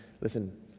listen